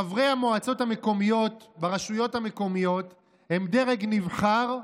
חברי המועצות המקומיות ברשויות המקומיות הם דרג נבחר,